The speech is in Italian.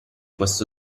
questo